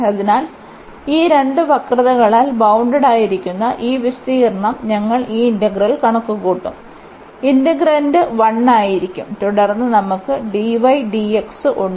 അതിനാൽ ഈ രണ്ട് വക്രതകളാൽ ബൌണ്ടഡായയിരിക്കുന്ന ഈ വിസ്തീർണ്ണം ഞങ്ങൾ ഈ ഇന്റഗ്രൽ കണക്കുകൂട്ടും ഇന്റഗ്രാന്റ് 1 ആയിരിക്കും തുടർന്ന് നമുക്ക് dy dx ഉണ്ട്